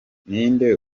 ninde